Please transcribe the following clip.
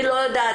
היא לא יודעת,